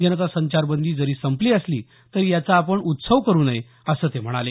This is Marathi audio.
जनता संचारबंदी जरी संपली असली तरी याचा आपण उत्सव करु नये असं ते म्हणाले